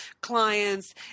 clients